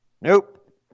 Nope